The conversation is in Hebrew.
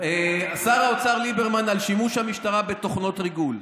שר האוצר ליברמן על שימוש המשטרה בתוכנות ריגול,